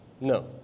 No